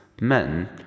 men